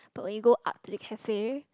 but when we go up to the cafe